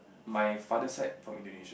my father side from Indonesia